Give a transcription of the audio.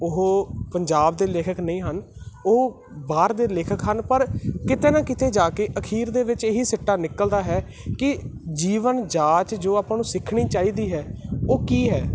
ਉਹ ਪੰਜਾਬ ਦੇ ਲੇਖਕ ਨਹੀਂ ਹਨ ਉਹ ਬਾਹਰ ਦੇ ਲੇਖਕ ਹਨ ਪਰ ਕਿਤੇ ਨਾ ਕਿਤੇ ਜਾ ਕੇ ਅਖੀਰ ਦੇ ਵਿੱਚ ਇਹੀ ਸਿੱਟਾ ਨਿਕਲਦਾ ਹੈ ਕਿ ਜੀਵਨ ਜਾਚ ਜੋ ਆਪਾਂ ਨੂੰ ਸਿੱਖਣੀ ਚਾਹੀਦੀ ਹੈ ਉਹ ਕੀ ਹੈ